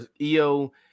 EO